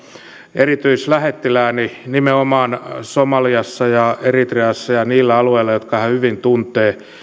erityislähettilääni nimenomaan somaliassa ja eritreassa ja niillä alueilla jotka hän hyvin tuntee